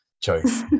choice